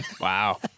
Wow